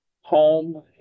home